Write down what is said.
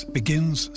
begins